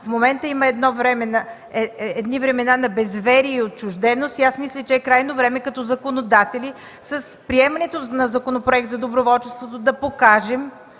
В момента има времена на безверие и отчужденост, и мисля, че е крайно време като законодатели с приемането на Законопроект за доброволчеството да покажем,